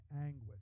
anguish